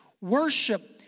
Worship